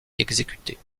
exécuté